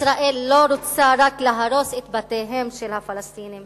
ישראל לא רוצה רק להרוס את בתיהם של הפלסטינים,